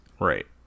Right